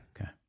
Okay